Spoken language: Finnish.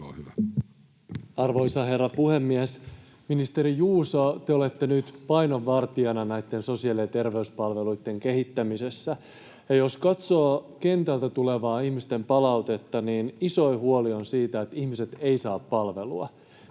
Arvoisa herra puhemies! Ministeri Juuso, te olette nyt paljon vartijana näitten sosiaali‑ ja terveyspalveluitten kehittämisessä. Jos katsoo kentältä tulevaa ihmisten palautetta, niin isoin huoli on siitä, että ihmiset eivät saa palvelua.